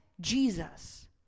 Jesus